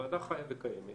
הוועדה חיה וקיימת,